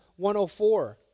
104